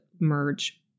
merge –